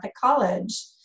college